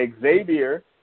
Xavier